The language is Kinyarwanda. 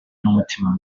n’umutima